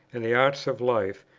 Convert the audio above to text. and the arts of life,